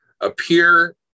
appear